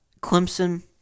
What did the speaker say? Clemson